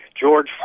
George